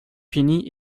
finis